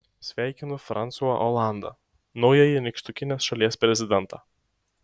sveikinu fransua olandą naująjį nykštukinės šalies prezidentą